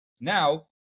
now